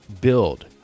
build